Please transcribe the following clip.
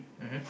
mmhmm